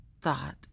thought